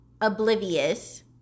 oblivious